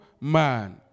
man